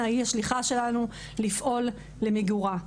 היא השליחה שלנו לפעול למיגורה.